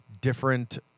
different